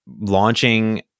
launching